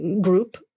group